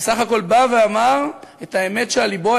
בסך הכול בא ואמר את האמת שעל לבו,